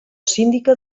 síndica